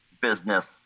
business